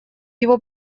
его